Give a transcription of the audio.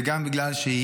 וגם בגלל שהיא